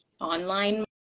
online